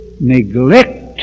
neglect